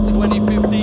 2015